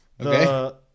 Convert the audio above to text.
Okay